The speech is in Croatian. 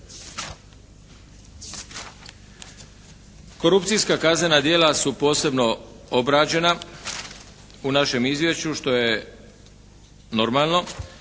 Korupcijska kaznena djela su posebno obrađena u našem izvješću što je normalno,